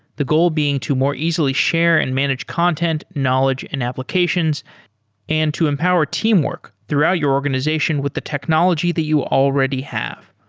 the goal being to more easily share and manage content, knowledge and applications and to empower teamwork throughout your organization with the technology that you already have.